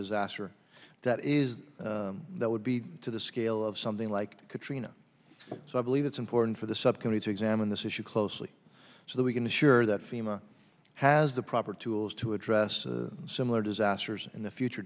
disaster that is that would be to the scale of something like katrina so i believe it's important for the subcommittee to examine this issue closely so that we can assure that fema has the proper tools to address similar disasters in the future